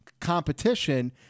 competition